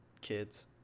kids